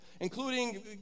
Including